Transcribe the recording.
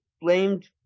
blamed